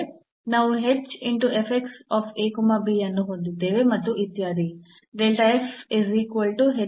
ನಾವು ಅನ್ನು ಹೊಂದಿದ್ದೇವೆ ಮತ್ತು ಇತ್ಯಾದಿ